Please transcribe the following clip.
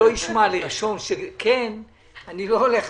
את הנהנת